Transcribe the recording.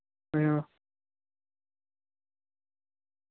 अं